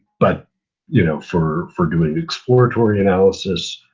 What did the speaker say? but you know, for for doing exploratory analysis,